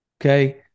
Okay